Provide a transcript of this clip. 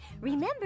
Remember